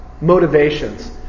motivations